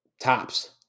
tops